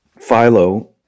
Philo